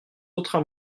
autres